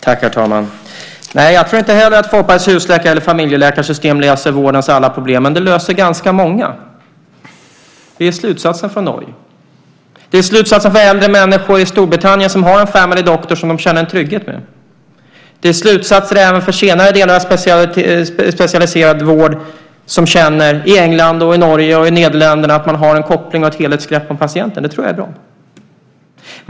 Herr talman! Nej, jag tror inte heller att Folkpartiets husläkar eller familjeläkarsystem löser vårdens alla problem, men det löser ganska många. Det är slutsatsen från Norge. Det är slutsatsen för äldre människor i Storbritannien som har en family doctor som de känner en trygghet med. Det är slutsatsen även för specialiserad vård där man i England, Norge och Nederländerna känner att man har en koppling och ett helhetsgrepp om patienten. Det tror jag är bra.